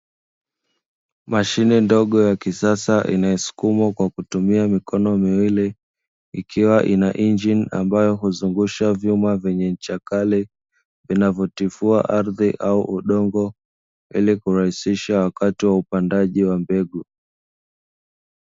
Mashine ndogo ya kisasa inayosukumwa kwa kutumia mikono miwili, ikiwa ina injini ambayo huzungusha vyuma vyenye ncha kali vinavyotifua ardhi au udongo ili kurahisisha wakati wa upandaji wa mbegu.